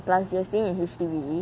plus we are staying in H_D_B